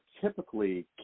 typically